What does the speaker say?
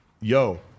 yo